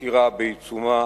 החקירה בעיצומה